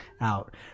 out